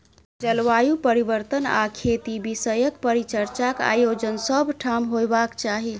जलवायु परिवर्तन आ खेती विषयक परिचर्चाक आयोजन सभ ठाम होयबाक चाही